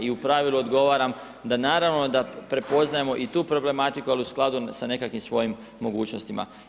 I u pravilu odgovaram da naravno da prepoznajemo i tu problematiku ali u skladu sa nekakvim svojim mogućnostima.